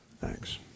Thanks